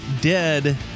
dead